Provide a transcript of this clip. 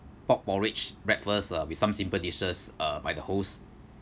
pork porridge breakfast uh with some simple dishes uh by the host